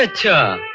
ah to